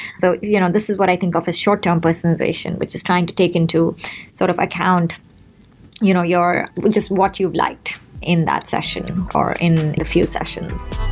so you know this is what i think of a short-term personalization, which is trying to take into sort of account you know your which is what you've liked in that session, or in a few sessions